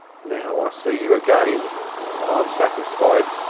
now i see you again i'm satisfied.